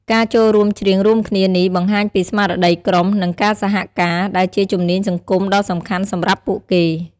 ការចូលរួមច្រៀងរួមគ្នានេះបង្ហាញពីស្មារតីក្រុម និងការសហការ ដែលជាជំនាញសង្គមដ៏សំខាន់សម្រាប់ពួកគេ។